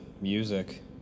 music